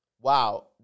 wow